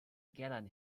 gallant